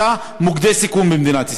יש 65 מוקדי סיכון במדינת ישראל,